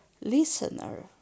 listener